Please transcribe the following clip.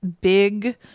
big